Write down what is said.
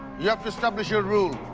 you have to establish your rule.